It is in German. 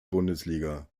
bundesliga